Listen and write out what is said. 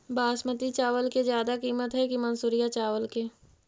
बासमती चावल के ज्यादा किमत है कि मनसुरिया चावल के?